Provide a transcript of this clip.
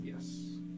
Yes